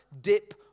dip